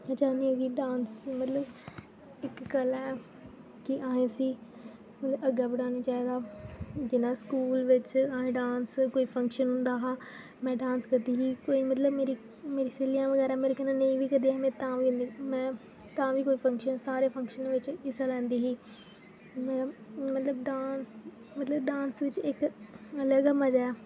में चाह्न्नीं आं कि डांस मतलब इक कला ऐ कि अहें इसी मतलब अग्गें बधाना चाहि्दा जि'यां स्कूल बगैरा बिच अहें डांस कोई फंक्शन होंदा हा में डांस करदी ही कोई मतलब मेरी मेरी स्हेलियां बगैरा मेरे कन्नै नेईं बी करदियां हियां में तां बी में तां बी फंक्शन सारे फंक्शन बिच हिस्सा लैंदी ही में मतलब डांस मतलब डांस बिच इक अलग मज़ा ऐ